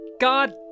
God